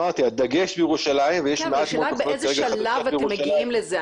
השאלה היא באיזה שלב אתם מגיעים לזה.